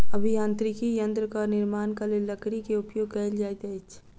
अभियांत्रिकी यंत्रक निर्माणक लेल लकड़ी के उपयोग कयल जाइत अछि